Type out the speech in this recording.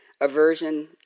Aversion